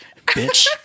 bitch